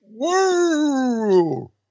Whoa